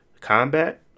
combat